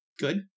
good